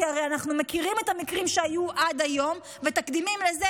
כי הרי אנחנו מכירים את המקרים שהיו עד היום והתקדימים לזה.